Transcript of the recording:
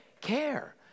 care